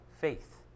faith